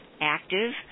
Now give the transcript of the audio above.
active